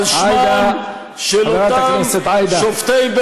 עאידה, על שמם של אותם, חברת הכנסת עאידה.